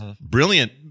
brilliant